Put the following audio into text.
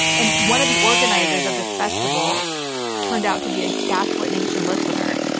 and one of the organizers of this festival turned out to be a gaslit nation listener,